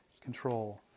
control